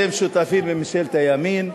אתם שותפים עם ממשלת הימין,